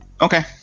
Okay